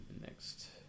next